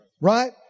Right